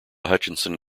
hutchinson